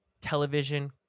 television